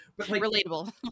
relatable